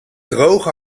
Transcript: droge